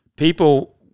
People